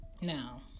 now